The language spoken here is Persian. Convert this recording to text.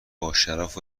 باشرف